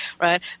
right